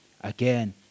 again